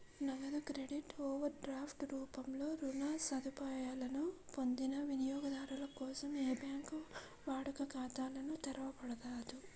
నగదు credit, overdraft రూపంలో రుణ సదుపాయాలను పొందిన వినియోగదారుల కోసం ఏ బ్యాంకూ వాడుక ఖాతాలను తెరవరాదు